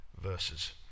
verses